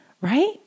right